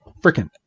Freaking